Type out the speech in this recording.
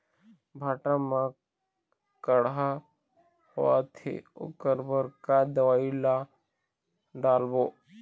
भांटा मे कड़हा होअत हे ओकर बर का दवई ला डालबो?